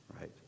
right